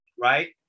right